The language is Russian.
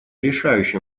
решающим